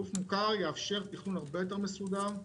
גוף מוכר יאפשר תכנון הרבה יותר מסודר.